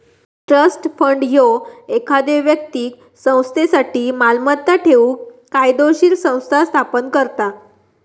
trust fund ह्यो एखाद्यो व्यक्तीक संस्थेसाठी मालमत्ता ठेवूक कायदोशीर संस्था स्थापन करता